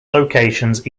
locations